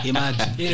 Imagine